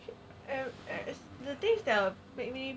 as as as the things that make me